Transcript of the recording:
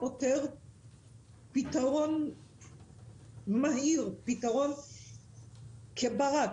זה פתרון מהיר כמו ברק